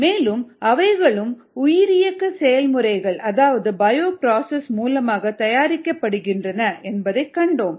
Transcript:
மேலும் அவைகளும் உயிரியக்க செயல்முறைகள் அதாவது பயோபுரோசெஸ்சஸ் மூலமாக தயாரிக்கப்படுகின்றன என்பதைக் கண்டோம்